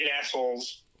assholes